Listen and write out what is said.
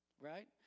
Right